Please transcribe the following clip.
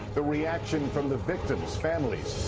the reaction from the victims' families.